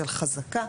של חזקה,